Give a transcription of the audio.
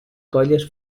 colles